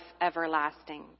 everlasting